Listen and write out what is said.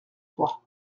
trois